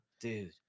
Dude